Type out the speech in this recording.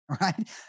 right